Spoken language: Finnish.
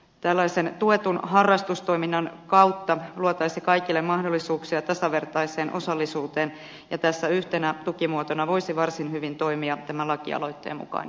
tällaisen tuetun harrastustoiminnan kautta luotaisiin kaikille mahdollisuuksia tasavertaiseen osallisuuteen ja tässä yhtenä tukimuotona voisi varsin hyvin toimia tämän lakialoitteen mukainen esitys